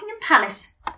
Palace